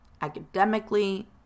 academically